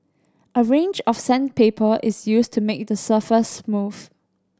a range of sandpaper is used to make the surface smooth